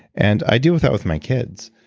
and i deal with that with my kids.